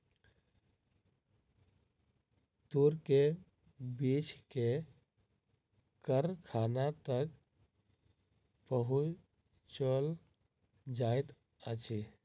तूर के बीछ के कारखाना तक पहुचौल जाइत अछि